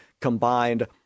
combined